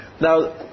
Now